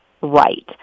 right